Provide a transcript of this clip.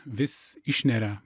vis išneria